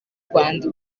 rwanda